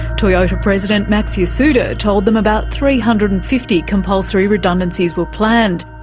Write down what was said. toyota president max yasuda told them about three hundred and fifty compulsory redundancies were planned.